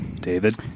David